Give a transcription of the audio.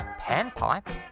panpipe